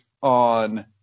on